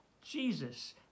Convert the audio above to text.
Jesus